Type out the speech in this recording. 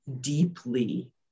deeply